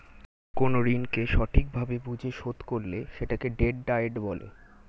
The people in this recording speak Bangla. কোন ঋণকে সঠিক ভাবে বুঝে শোধ করলে সেটাকে ডেট ডায়েট বলে